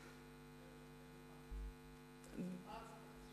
דרך מע"צ?